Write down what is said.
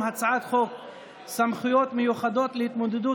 הצעת חוק העונשין, בעד, 55, נגד,